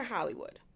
Hollywood